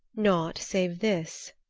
naught save this,